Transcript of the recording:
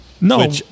No